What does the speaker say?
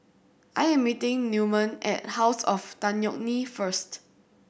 I am meeting Newman at House of Tan Yeok Nee first